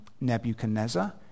Nebuchadnezzar